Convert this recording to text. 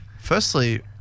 Firstly